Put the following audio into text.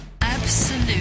Absolute